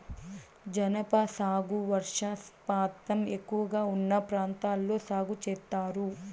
జనప సాగు వర్షపాతం ఎక్కువగా ఉన్న ప్రాంతాల్లో సాగు చేత్తారు